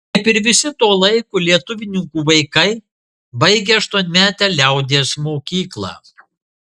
kaip ir visi to laiko lietuvininkų vaikai baigė aštuonmetę liaudies mokyklą